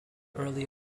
early